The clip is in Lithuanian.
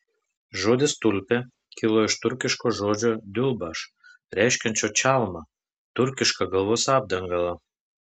žodis tulpė kilo iš turkiško žodžio diulbaš reiškiančio čalmą turkišką galvos apdangalą